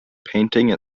painting